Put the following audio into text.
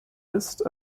ist